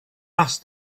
asked